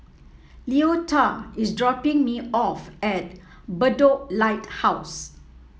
Leota is dropping me off at Bedok Lighthouse